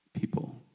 people